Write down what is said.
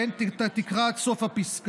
כן, תקרא עד סוף הפסקה.